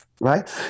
Right